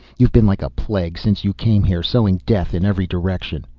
you've been like a plague since you came here, sowing death in every direction.